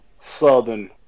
southern